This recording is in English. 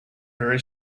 very